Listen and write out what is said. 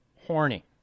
horny